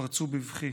פרצו בבכי.